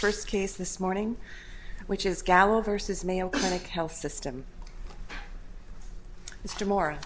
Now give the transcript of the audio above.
first case this morning which is gallo versus mayo clinic health system it's tomorrow